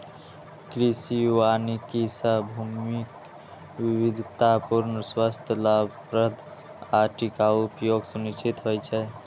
कृषि वानिकी सं भूमिक विविधतापूर्ण, स्वस्थ, लाभप्रद आ टिकाउ उपयोग सुनिश्चित होइ छै